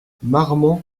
marmont